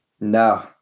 No